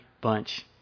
bunch